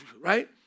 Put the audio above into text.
right